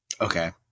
Okay